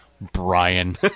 Brian